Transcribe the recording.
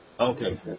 Okay